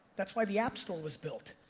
that's why the app store was built.